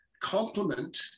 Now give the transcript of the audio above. complement